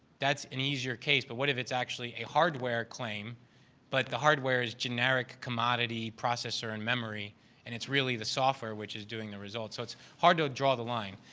that's an easier case but what if it's actually a hardware claim but the hardware is generic commodity processor and memory and it's really the software which is doing the result. so, it's hard to draw the line.